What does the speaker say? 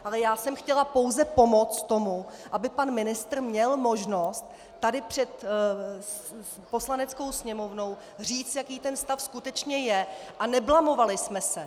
Ale já jsem chtěla pouze pomoci tomu, aby pan ministr měl možnost tady před Poslaneckou sněmovnou říct, jaký ten stav skutečně je, a neblamovali jsme se.